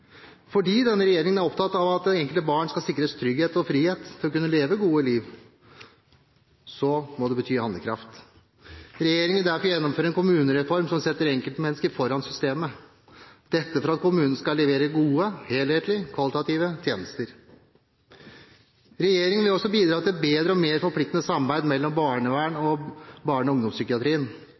Fordi denne regjeringen er opptatt av at det enkelte barnet skal sikres trygghet og frihet til å kunne leve gode liv, må det bety handlekraft. Regjeringen vil derfor gjennomføre en kommunereform som setter enkeltmennesket foran systemet, slik at kommunene skal kunne levere gode, helhetlige og kvalitative tjenester. Regjeringen vil også bidra til et bedre og mer forpliktende samarbeid mellom barnevern og barne- og ungdomspsykiatrien.